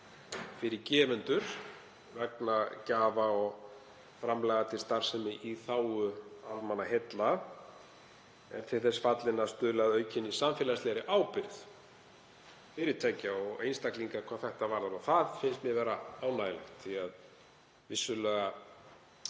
fyrir gefendur vegna gjafa og framlaga til starfsemi í þágu almannaheilla, er til þess fallið að stuðla að aukinni, samfélagslegri ábyrgð fyrirtækja og einstaklinga hvað þetta varðar. Það finnst mér vera ánægjulegt því að vissulega